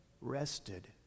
rested